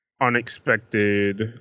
unexpected